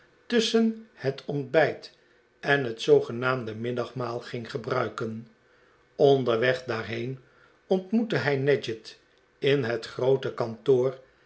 tusschen het ontbij t en het zoogenaamde middagmaal ging gebruiken onderweg daarheen ontmoette hij nadgett in het groote kantoor